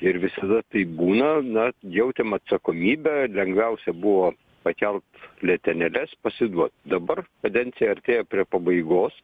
ir visada taip būna na jautėm atsakomybę lengviausia buvo pakelt letenėles pasiduot dabar kadencija artėja prie pabaigos